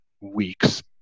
weeks